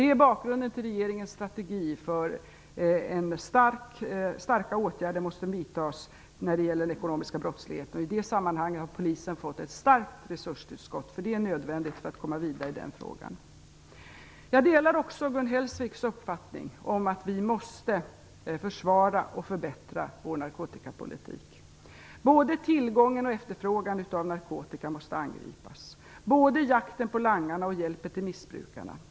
Det är bakgrunden till regeringens strategi att starka åtgärder måste vidtas mot den ekonomiska brottsligheten. I det sammanhanget har polisen fått ett starkt resurstillskott, vilket är nödvändigt för att komma vidare i den frågan. Jag delar också Gun Hellsviks uppfattning att vi måste försvara och förbättra vår narkotikapolitik. Både tillgången och efterfrågan på narkotika måste angripas och likaså både jakten på langarna och hjälpen till missbrukarna.